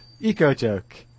eco-joke